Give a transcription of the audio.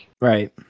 right